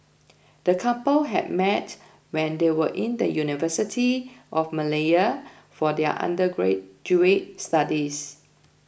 the couple had met when they were in the University of Malaya for their undergraduate studies